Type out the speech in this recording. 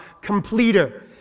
completer